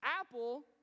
Apple